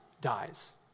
dies